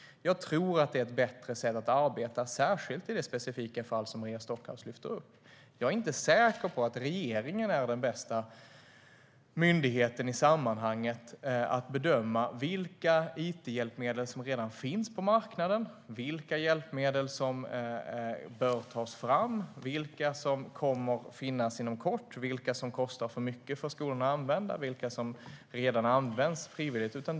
Jag tror att det är ett bättre sätt att arbeta, särskilt i det specifika fall som Maria Stockhaus lyfter upp. Jag är inte säker på att regeringen är den bästa instansen i sammanhanget att bedöma vilka it-hjälpmedel som redan finns på marknaden, vilka som bör tas fram, vilka som kommer att finnas inom kort, vilka som kostar för mycket för skolorna att använda och vilka som redan används frivilligt.